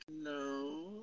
no